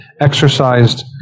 exercised